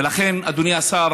ולכן, אדוני השר,